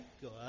Good